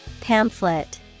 Pamphlet